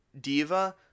diva